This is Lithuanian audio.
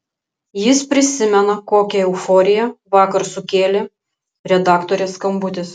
jis prisimena kokią euforiją vakar sukėlė redaktorės skambutis